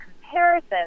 comparison